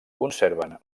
conserven